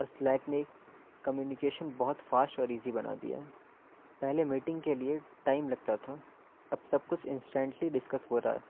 اور سلیک نے کمیونیکیشن بہت فاسٹ اور ایزی بنا دیا ہے پہلے میٹنگ کے لیے ٹائم لگتا تھا اب سب کچھ انسٹینٹلی ڈسکس ہو رہا ہے